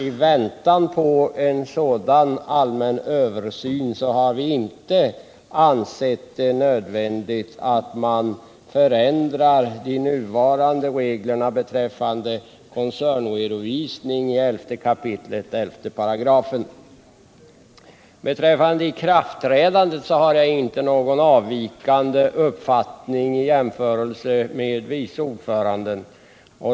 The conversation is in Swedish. I väntan på en sådan allmän översyn har vi inte ansett det nödvändigt att man förändrar de nuvarande reglerna beträffande koncernredovisning i 11 kap. 118. Beträffande ikraftträdandet har jag inte någon i förhållande till vice ordföranden avvikande uppfattning.